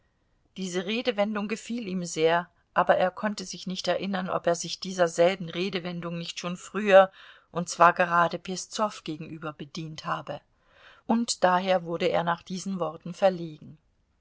diese redewendung gefiel ihm sehr aber er konnte sich nicht erinnern ob er sich dieser selben redewendung nicht schon früher und zwar gerade peszow gegenüber bedient habe und daher wurde er nach diesen worten verlegen